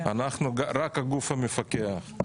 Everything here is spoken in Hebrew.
אנחנו רק הגוף המפקח.